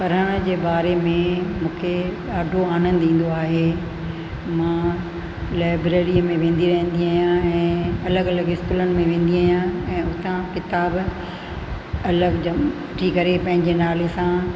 पढ़ण जे बारे में मूंखे ॾाढो आनंद ईंदो आहे मां लाइब्रेरी में वेंदी आहियां या ऐं अलॻि अलॻि स्कूलनि में वेंदी आहियां ऐं उता किताब अलॻि वठी करे पंहिंजे नाले सां